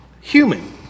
human